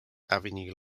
avenue